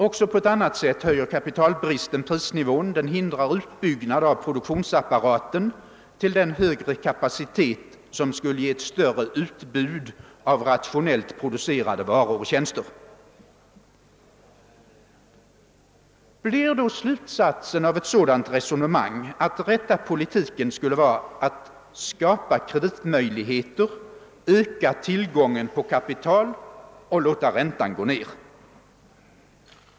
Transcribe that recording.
Också på ett annat sätt höjer kapitalbristen prisnivån: den hindrar utbyggnaden av produktionsapparaten till den högre kapacitet som skulle ge ett större utbud av rationellt producerade varor och tjänster. Blir då slutsatsen av ett sådant resonemang att rätta politiken skulle vara att skapa kreditmöjligheter, öka tillgången på kapital och låta räntan gå ned?